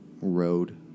road